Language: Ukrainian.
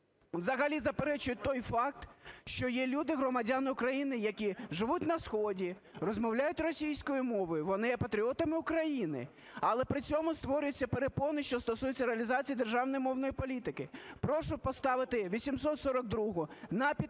взагалі заперечують той факт, що є люди – громадяни України, які живуть на сході, розмовляють російською мовою, вони є патріотами України. Але при цьому створюються перепони, що стосуються реалізації державної мовної політики. Прошу поставити 842-у на підтвердження,